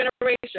generation